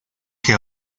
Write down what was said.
que